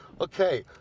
Okay